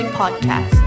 podcast